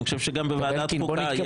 אני חושב שגם בוועדת החוקה יש --- אלקין,